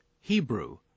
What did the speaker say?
Hebrew